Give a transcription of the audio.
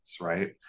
right